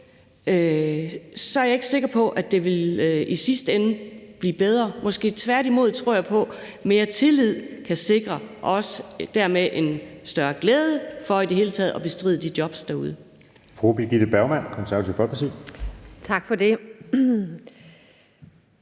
er jeg ikke sikker på, at det i sidste ende ville blive bedre, tværtimod tror jeg på, at mere tillid kan sikre en større glæde i forhold til i det hele taget at bestride de jobs derude.